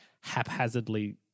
haphazardly